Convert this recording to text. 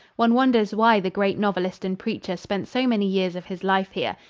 one wonders why the great novelist and preacher spent so many years of his life here.